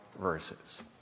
verses